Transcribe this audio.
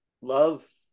love